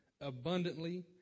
abundantly